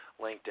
LinkedIn